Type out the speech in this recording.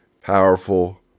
powerful